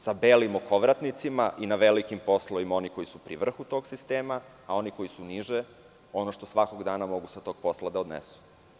Sa belim okovratnicima velikim poslovima oni koji su pri vrhu tog sistema, a oni koji su niže ono što svakog dana može sa tog posla da odnesu.